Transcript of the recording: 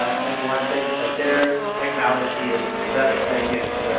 everyone thinks that their technology is the best thing and